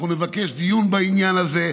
אנחנו נבקש דיון בעניין הזה.